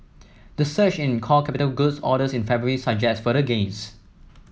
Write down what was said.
the surge in core capital goods orders in February suggests further gains